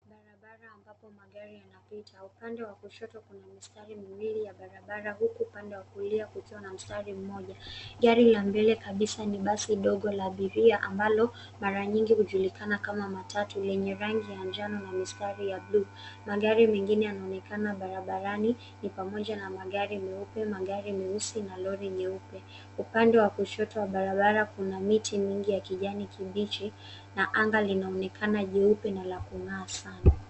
Barabara ambapo magari yanapita. Upande wa kushoto kuna mistari miwili ya barabara huku upande wa kulia ukiwa na mstari mmoja. Gari la mbele kabisa ni basi ndogo la abiria ambalo mara nyingi hujulikana kama matatu lenye rangi ya njano na mistari ya (cs) blue (cs). Magari mengine yanaonekana barabarani ni pamoja na magari meupe, magari meusi na lori nyeupe. Upande wa kushoto wa barabara kuna miti mingi ya kijani kibichi na anga linaonekana jeupe na la kung'aa sana.